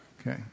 Okay